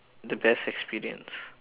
the best experience